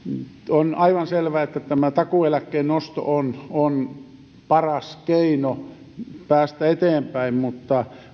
on aivan selvää että tämä takuueläkkeen nosto on on paras keino päästä eteenpäin mutta